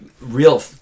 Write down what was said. real